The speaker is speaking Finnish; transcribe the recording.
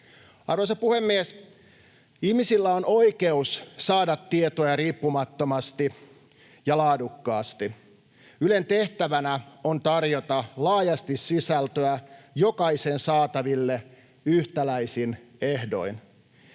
Arvoisa puhemies! Ihmisillä on oikeus saada tietoja riippumattomasti ja laadukkaasti. Ylen tehtävänä on tarjota laajasti sisältöä jokaisen saataville yhtäläisin ehdoin.